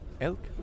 Elk